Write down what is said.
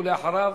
ואחריו,